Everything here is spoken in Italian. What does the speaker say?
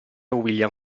william